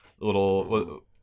little